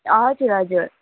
हजुर हजुर